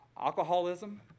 alcoholism